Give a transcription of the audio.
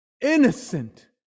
innocent